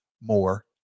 more